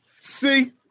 See